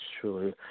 truly